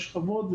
השכבות,